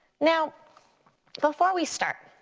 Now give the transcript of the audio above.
now before we start,